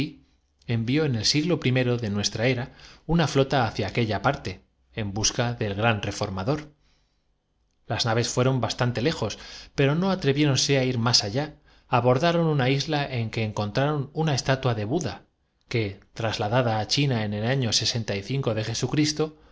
envió en el siglo primero de nuestra era una era cristiana como todo lo que á seguir va concedió flota hacia aquella parte en busca del gran reforma honores y dignidades á los eunucos de palacio en de dor las naves fueron bastante lejos pero no atrevién trimento del ascendiente que los letrados habían teni dose á ir más allá abordaron una isla en que encon do hasta entonces en la corte unos y otros continua traron una estatua de budha que trasladada á china ron disputándose el poder hasta el año de